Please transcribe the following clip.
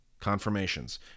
Confirmations